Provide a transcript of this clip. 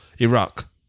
Iraq